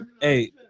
hey